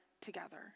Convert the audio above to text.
together